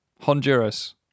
Honduras